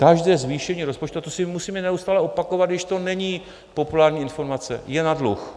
Každé zvýšení rozpočtu a to si musíme neustále opakovat, i když to není populární informace je na dluh.